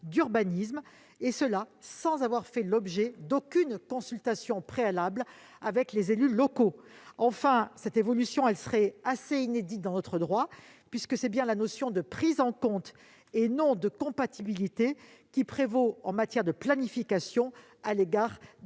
d'urbanisme, sans avoir fait l'objet d'aucune consultation préalable des élus locaux. Enfin, cette évolution serait inédite dans notre droit puisque c'est bien la notion de « prise en compte » et non de « compatibilité » qui prévaut en matière de planification, à l'égard des